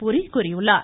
புரி கூறியுள்ளார்